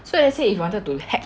let's say if you wanted to hack